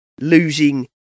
losing